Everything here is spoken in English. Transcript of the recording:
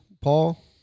Paul